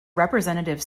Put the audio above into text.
representative